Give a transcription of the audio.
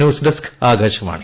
news desk Akashvani